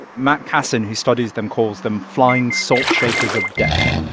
matt kasson, who studies them, calls them flying salt shakers of death